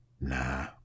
Nah